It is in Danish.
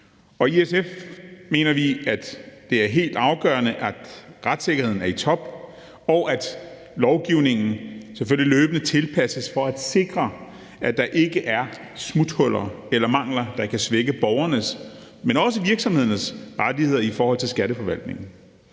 I SF mener vi, at det er helt afgørende, at retssikkerheden er i top, og at lovgivningen selvfølgelig løbende tilpasses for at sikre, at der ikke er smuthuller eller mangler, der kan svække borgernes, men også virksomhedernes rettigheder i forhold til Skatteforvaltningen.